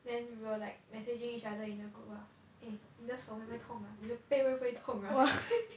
then we were like messaging each other in a group ah eh 你的手会不会痛啊你的背会不会痛啊 ah